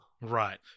right